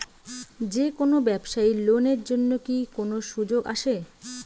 যে কোনো ব্যবসায়ী লোন এর জন্যে কি কোনো সুযোগ আসে?